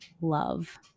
love